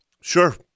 Sure